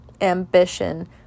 ambition